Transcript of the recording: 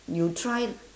you try